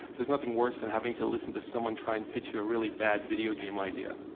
there's nothing worse than having to listen to someone try and pitch you a really bad video game idea.